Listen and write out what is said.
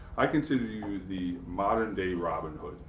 i consider you the modern day robin hood.